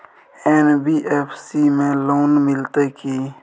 NBFC में loan मिलते की?